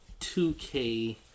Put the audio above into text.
2K